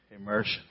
immersion